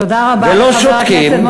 תודה רבה לחבר הכנסת משה מזרחי.